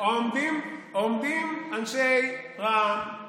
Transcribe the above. עומדים אנשי רע"מ,